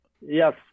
Yes